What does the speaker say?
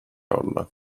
olla